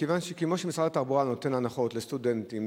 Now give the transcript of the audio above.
כמו שמשרד התחבורה נותן הנחות לסטודנטים,